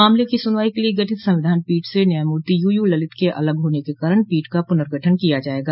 मामले की सुनवाई के लिए गठित संविधान पीठ से न्यायमूर्ति यूयू ललित के अलग होने के कारण पीठ का पुनर्गठन किया जाएगा